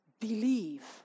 Believe